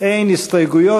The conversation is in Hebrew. יש הסתייגויות?